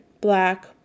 black